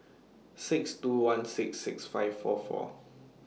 six two one six six five four four